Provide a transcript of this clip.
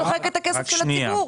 וזה שוחק את הכסף של הציבור.